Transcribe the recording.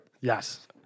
Yes